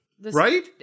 Right